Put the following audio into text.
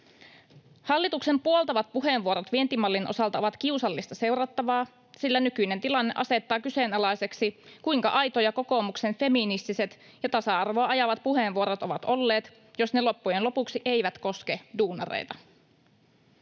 Hallituksen puoltavat puheenvuorot vientimallin osalta ovat kiusallista seurattavaa, sillä nykyinen tilanne asettaa kyseenalaiseksi, kuinka aitoja kokoomuksen feministiset ja tasa-arvoa ajavat puheenvuorot ovat olleet, jos ne loppujen lopuksi eivät koske duunareita.